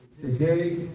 Today